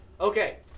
Okay